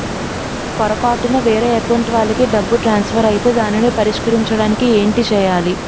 పొరపాటున వేరే అకౌంట్ వాలికి డబ్బు ట్రాన్సఫర్ ఐతే దానిని పరిష్కరించడానికి ఏంటి చేయాలి?